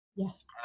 Yes